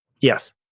Yes